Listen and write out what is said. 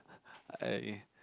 I